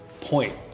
point